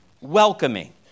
welcoming